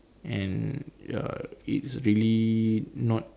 and uh it's really not